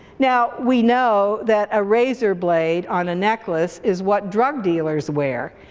now we know that a razor blade on necklace is what drug dealers wear,